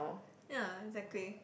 ya exactly